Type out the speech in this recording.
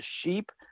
sheep